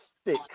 stick